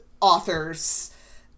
authors